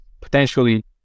potentially